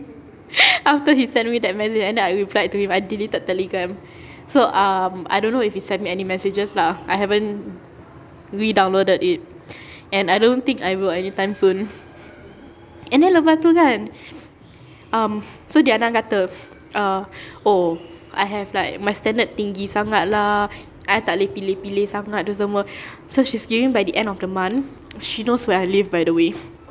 after he sent me that message and then I replied to him I deleted telegram so um I don't know if he sent me any messages lah I haven't re-downloaded it and I don't think I will anytime soon and then lepas tu kan um so diana kata err oh I have like my standard tinggi sangat lah I tak boleh pilih-pilih sangat tu semua so she's giving by the end of the month she knows where I live by the way